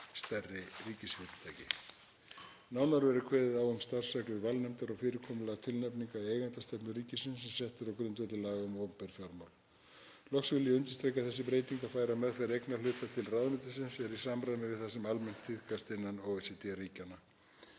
stærri ríkisfyrirtæki. Nánar verður kveðið á um starfsreglur valnefndar og fyrirkomulag tilnefninga í eigendastefnu ríkisins sem sett er á grundvelli laga um opinber fjármál. Loks vil ég undirstrika að þessi breyting, að færa meðferð eignarhluta til ráðuneytisins, er í samræmi við það sem almennt tíðkast innan OECD-ríkjanna.